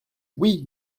oui